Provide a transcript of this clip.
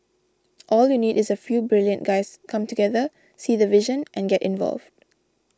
all you need is a few brilliant guys come together see the vision and get involved